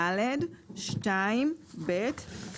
(2)(ד)(2)(ב),